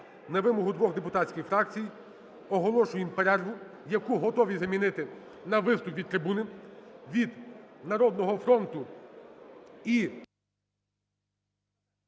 на вимогу двох депутатських фракцій оголошуємо перерву, яку готові замінити на виступ від трибуни від "Народного фронту" і